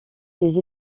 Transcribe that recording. les